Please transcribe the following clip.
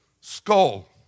Skull